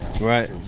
Right